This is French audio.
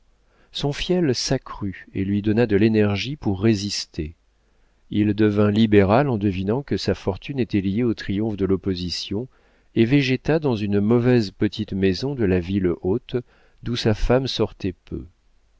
son fiel s'accrut et lui donna de l'énergie pour résister il devint libéral en devinant que sa fortune était liée au triomphe de l'opposition et végéta dans une mauvaise petite maison de la ville haute d'où sa femme sortait peu